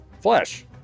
flesh